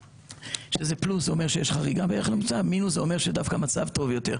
זה פלוס זה אומר חריגה, מינוס זה מצב טוב יותר.